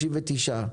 39,